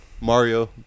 Mario